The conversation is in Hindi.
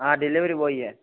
हाँ डिलिवरी बॉय है